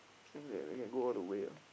think they can go all the way ah